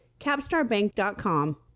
capstarbank.com